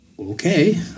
Okay